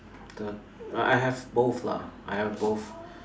the I I have both lah I have both